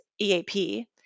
EAP